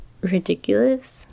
ridiculous